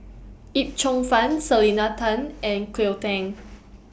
Yip Cheong Fun Selena Tan and Cleo Thang